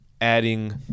adding